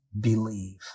believe